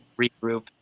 regroup